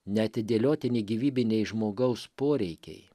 neatidėliotini gyvybiniai žmogaus poreikiai